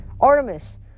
Artemis